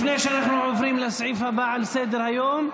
לפני שאנחנו עוברים לסעיף הבא על סדר-היום,